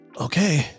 Okay